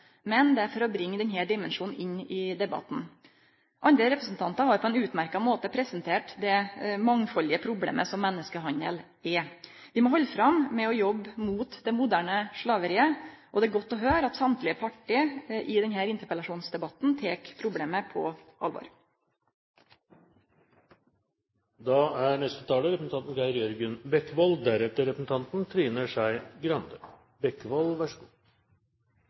men for å bringe denne dimensjonen inn i debatten. Andre representantar har på ein utmerkt måte presentert det mangfaldige problemet som menneskehandel er. Vi må halde fram med å jobbe mot det moderne slaveriet, og det er godt å høyre at alle partia i denne interpellasjonsdebatten tek problemet på alvor. Takk til representanten